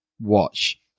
watch